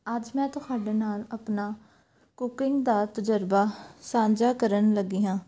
ਅੱਜ ਮੈਂ ਤੁਹਾਡੇ ਨਾਲ ਆਪਣਾ ਕੁਕਿੰਗ ਦਾ ਤਜਰਬਾ ਸਾਂਝਾ ਕਰਨ ਲੱਗੀ ਹਾਂ